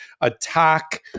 attack